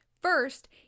First